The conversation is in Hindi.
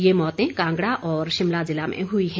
ये मौंते कांगड़ा और शिमला जिला में हुई हैं